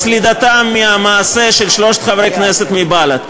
את סלידתם מהמעשה של שלושת חברי הכנסת מבל"ד,